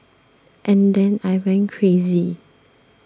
and then I went crazy